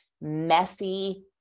messy